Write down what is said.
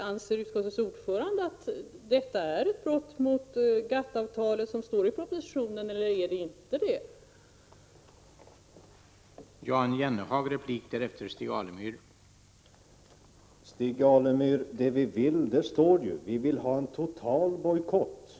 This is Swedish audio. Anser utskottets ordförande att lagen innebär ett brott mot GATT avtalet, som det står i propositionen, eller att den inte innebär ett sådant brott?